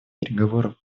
переговоров